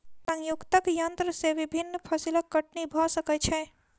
संयुक्तक यन्त्र से विभिन्न फसिलक कटनी भ सकै छै